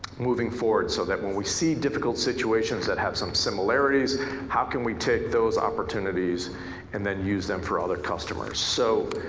moving forward so that when we see difficult situations that has some similarities how can we take those opportunities and then use them for other customers? so,